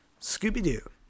Scooby-doo